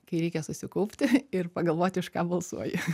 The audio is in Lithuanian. kai reikia susikaupti ir pagalvoti už ką balsuoji